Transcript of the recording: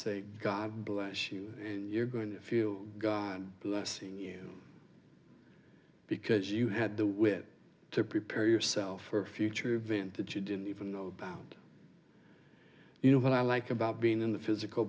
say god bless you and you're going if you god bless you because you had the wit to prepare yourself for a future event that you didn't even know about you know what i like about being in the physical